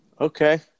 Okay